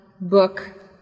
book